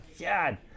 God